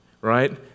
right